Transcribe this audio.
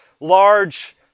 large